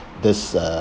this uh